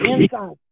inside